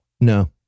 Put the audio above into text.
No